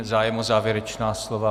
Zájem o závěrečná slova?